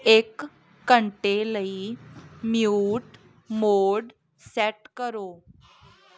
ਇੱਕ ਘੰਟੇ ਲਈ ਮਿਊਟ ਮੋਡ ਸੈੱਟ ਕਰੋ